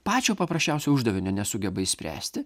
pačio paprasčiausio uždavinio nesugeba išspręsti